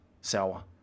sour